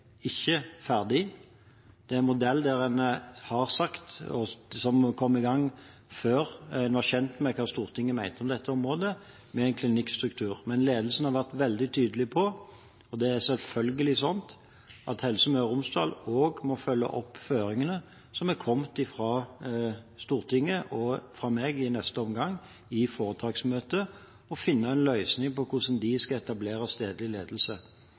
ferdig. Det er en modell som kom i gang før en var kjent med hva Stortinget mente om dette området, med en klinikkstruktur, men ledelsen har vært veldig tydelig på – og det er selvfølgelig slik – at Helse Møre og Romsdal også må følge opp føringene som er kommet fra Stortinget, og i neste omgang fra meg i foretaksmøtet, og finne en løsning på hvordan de skal etablere stedlig ledelse.